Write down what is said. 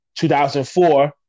2004